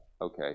okay